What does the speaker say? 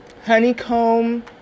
honeycomb